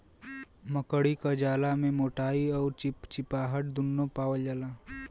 मकड़ी क जाला में मोटाई अउर चिपचिपाहट दुन्नु पावल जाला